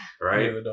Right